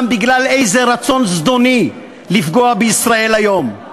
בגלל איזה רצון זדוני לפגוע ב"ישראל היום".